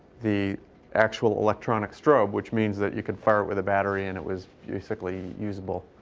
the actual electronic strobe. which means that you could fire it with a battery and it was basically usable